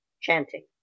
Chanting